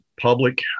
public